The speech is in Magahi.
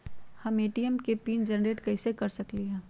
हम ए.टी.एम के पिन जेनेरेट कईसे कर सकली ह?